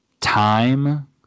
time